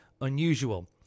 unusual